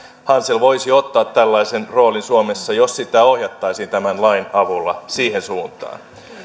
hansel voisi ottaa tällaisen roolin suomessa jos sitä ohjattaisiin tämän lain avulla siihen suuntaan